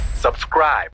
subscribe